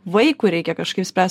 vaikui reikia kažkaip spręs